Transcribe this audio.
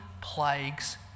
plagues